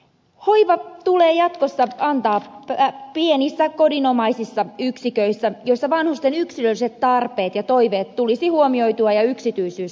hoiva tulee jatkossa antaa pienissä kodinomaisissa yksiköissä joissa vanhusten yksilölliset tarpeet ja toiveet tulisi huomioitua ja yksityisyys turvattua